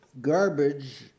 garbage